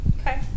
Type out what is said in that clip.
Okay